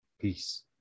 peace